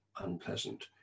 unpleasant